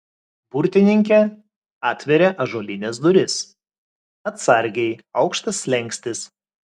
burtininkė atvėrė ąžuolines duris atsargiai aukštas slenkstis